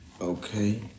Okay